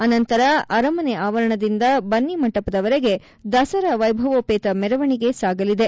ಅನಂತರ ಅರಮನೆ ಆವರಣದಿಂದ ಬನ್ನಿಮಂಟಪದವರೆಗೆ ದಸರಾ ವೈಭವೋಷೇತ ಮೆರವಣಿಗೆ ಸಾಗಲಿದೆ